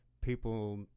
people